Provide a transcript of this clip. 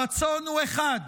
הרצון הוא אחד: